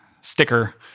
sticker